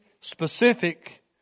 specific